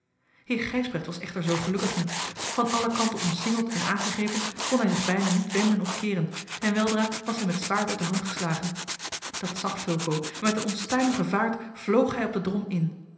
heer gijsbrecht was echter zoo gelukkig niet van alle kanten omsingeld en aangegrepen kon hij zich bijna niet wenden of keeren en weldra was hem het zwaard uit de hand geslagen dat zag fulco en met een onstuimige vaart vloog hij op den drom in